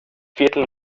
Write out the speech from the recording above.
viertel